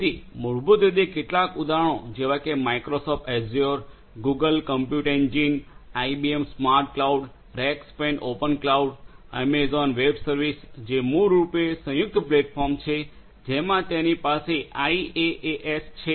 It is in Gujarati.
તેથી મૂળભૂત રીતે કેટલાક ઉદાહરણો જેવા કે Microsoft Azure Google Compute Engine IBM SmartCloud Rackspace Open Cloud Amazon Web Services જે મૂળ રૂપે સંયુક્ત પ્લેટફોર્મ છે જેમાં તેની પાસે આઈએએએસ છે